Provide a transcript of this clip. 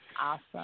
awesome